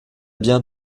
bien